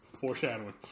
Foreshadowing